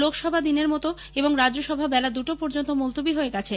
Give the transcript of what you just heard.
লোকসভা দিনের মত এবং রাজ্যসভা বেলা দুটো পর্যন্ত মুলতুবি হয়ে গেছে